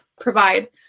provide